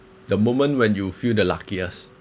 the moment when you feel the luckiest